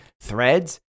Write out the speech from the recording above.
threads